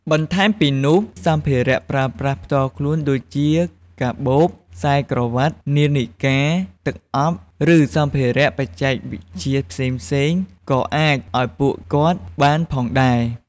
បន្ថែមពីនោះសម្ភារៈប្រើប្រាស់ផ្ទាល់ខ្លួនដូចជា កាបូប ខ្សែក្រវ៉ាត់ នាឡិកា ទឹកអប់ ឬសម្ភារៈបច្ចេកវិទ្យាផ្សេងៗក៏អាចឲ្យពួកគាត់បានផងដែរ។